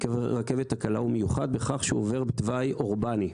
הרכבת הקלה הוא מיוחד בכך שהוא עובר בתוואי אורבני.